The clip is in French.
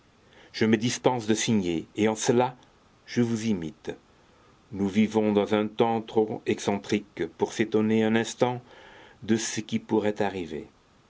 je me dispense de signer et en cela je vous imite nous vivons dans un temps trop excentrique pour s'étonner un instant de ce qui pourrait arriver